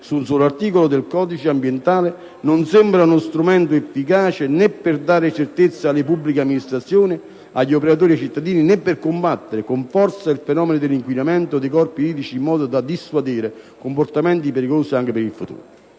su un solo articolo del codice ambientale non sembra uno strumento efficace né per dare certezza alle pubbliche amministrazioni, agli operatori e ai cittadini, né per combattere con forza il fenomeno dell'inquinamento dei corpi idrici in modo da dissuadere comportamenti pericolosi anche per il futuro.